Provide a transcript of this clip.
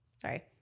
Sorry